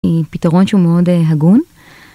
היא פתרון שהוא מאוד הגון.